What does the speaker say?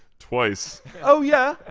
twice. oh yeah?